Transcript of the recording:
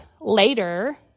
later